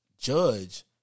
judge